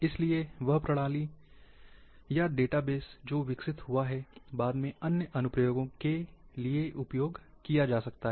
इसलिए वह प्रणाली या डेटाबेस जो विकसित हुआ है बाद में अन्य अनुप्रयोगों के लिए उपयोग किया जा सकता है